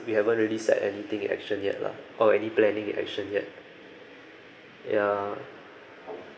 we haven't really set anything in action yet lah or any planning in action yet ya